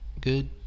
good